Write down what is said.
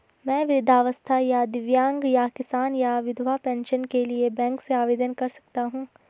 मैं वृद्धावस्था या दिव्यांग या किसान या विधवा पेंशन के लिए बैंक से आवेदन कर सकता हूँ?